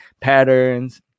patterns